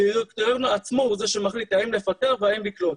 הדירקטוריון הוא זה שמחליט האם לפטר והאם לקלוט.